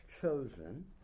chosen